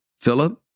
Philip